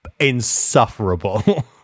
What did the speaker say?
insufferable